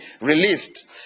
released